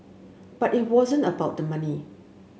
but it wasn't about the money